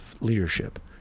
leadership